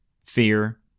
fear